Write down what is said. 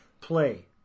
play